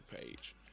page